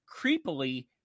creepily